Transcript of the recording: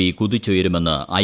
V കൂതിച്ചുയരുമെന്ന് I